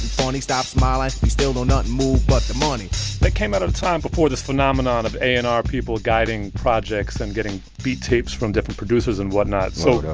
funny, stop smiling, be still, don't nothing move but the money that came out of time before this phenomenon of a and r people guiding projects and getting beat tapes from different producers and whatnot, so.